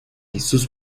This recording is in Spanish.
sus